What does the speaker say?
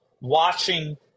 watching